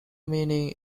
meaning